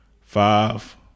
Five